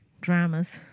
dramas